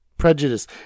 Prejudice